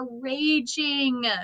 raging